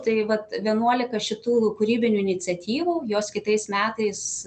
tai vat vienuolika šitų kūrybinių iniciatyvų jos kitais metais